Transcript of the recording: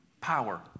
power